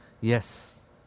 Yes